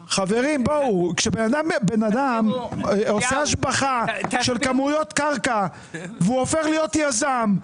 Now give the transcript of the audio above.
כשבן אדם עושה השבחה של כמויות קרקע והוא הופך להיות יזם,